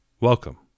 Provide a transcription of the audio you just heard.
Welcome